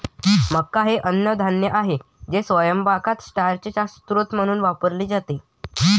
मका हे अन्नधान्य आहे जे स्वयंपाकात स्टार्चचा स्रोत म्हणून वापरले जाते